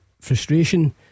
Frustration